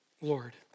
Lord